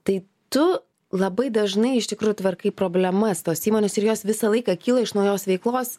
tai tu labai dažnai iš tikrųjų tvarkai problemas tos įmonės ir jos visą laiką kyla iš naujos veiklos